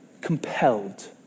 compelled